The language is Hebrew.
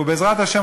ובעזרת השם,